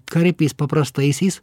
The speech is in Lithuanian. karipiais paprastaisiais